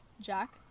Jack